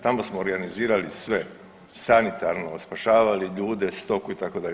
Tamo smo organizirali sve – sanitarno, spašavali ljude, stoku itd.